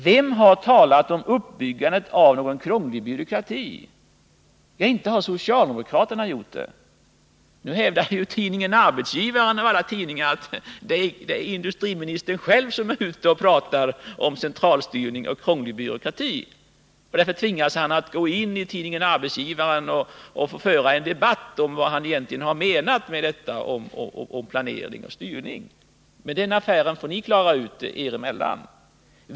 Vem har talat om uppbyggandet av en krånglig byråkrati? Ja, inte har socialdemokraterna gjort det. Nu hävdar tidningen Arbetsgivaren av alla tidningar att det är industriministern själv som är ute och pratar om centralstyrning och krånglig byråkrati. Därför har industriministern tvingats gåinitidningen Arbetsgivaren och föra en debatt om vad han egentligen har menat när han talat om planering och styrning. Men den affären får ni klara ut er emellan.